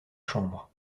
chambre